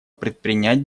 предпринять